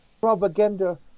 propaganda